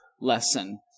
lesson